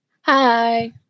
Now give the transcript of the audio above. Hi